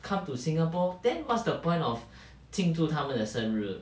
come to singapore then what's the point of 庆祝他们的生日